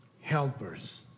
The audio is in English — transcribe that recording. helpers